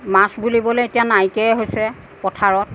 মাছ বুলিবলৈ এতিয়া নাইকিয়া হৈছে পথাৰত